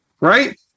right